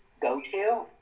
go-to